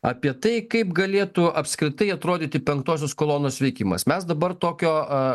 apie tai kaip galėtų apskritai atrodyti penktosios kolonos veikimas mes dabar tokio